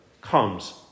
comes